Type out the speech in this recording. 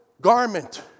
garment